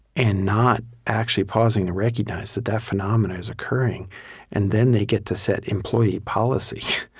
and not actually pausing to recognize that that phenomenon is occurring and then they get to set employee policy,